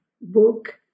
book